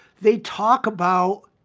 they talk about